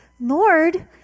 Lord